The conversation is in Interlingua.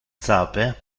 sape